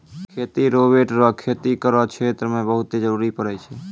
खेती रोवेट रो खेती करो क्षेत्र मे बहुते जरुरी पड़ै छै